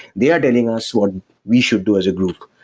they are telling us what we should do as a group.